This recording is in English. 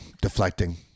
Deflecting